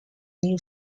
new